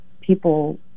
people